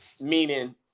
meaning